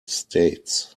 states